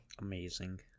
Amazing